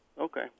Okay